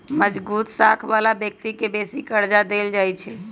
मजगुत साख बला व्यक्ति के बेशी कर्जा देल जाइ छइ